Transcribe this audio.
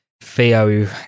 Theo